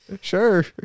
Sure